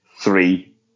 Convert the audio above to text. three